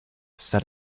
said